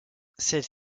celle